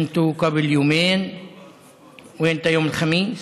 הייתי לפני יומיים ואתה יום חמישי?